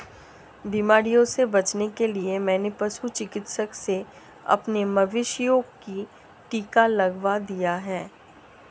बीमारियों से बचने के लिए मैंने पशु चिकित्सक से अपने मवेशियों को टिका लगवा दिया है